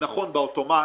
שנכון באוטומט